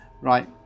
right